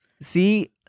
see